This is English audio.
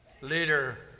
leader